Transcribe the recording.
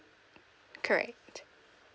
correct